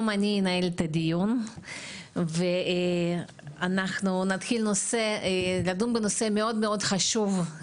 אני אנהל את הדיון היום ואנחנו נתחיל לדון בנושא מאוד מאוד חשוב,